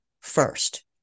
first